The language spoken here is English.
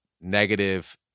negative